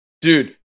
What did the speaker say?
Dude